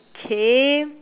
okay